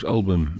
Album